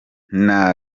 nta